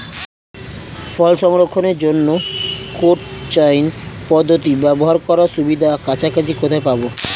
ফল সংরক্ষণের জন্য cold chain পদ্ধতি ব্যবহার করার সুবিধা কাছাকাছি কোথায় পাবো?